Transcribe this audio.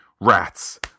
rats